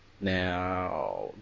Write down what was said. Now